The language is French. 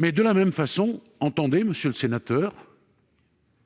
De la même façon, entendez, monsieur le sénateur,